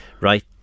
right